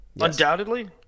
undoubtedly